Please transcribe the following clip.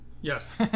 yes